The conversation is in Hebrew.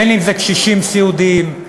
אם קשישים סיעודיים,